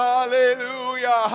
Hallelujah